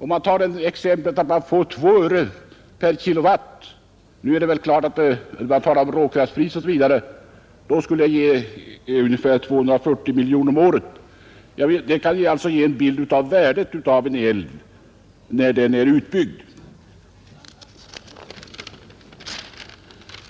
Om vi räknar med 2 öre per kWh — nu är det väl klart att man talar om råkraftpris — skulle det bli ungefär 240 miljoner kronor om året. Det kan ge en bild av värdet av en älv när den är utbyggd.